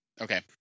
okay